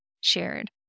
shared